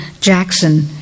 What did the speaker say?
Jackson